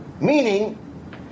Meaning